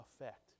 effect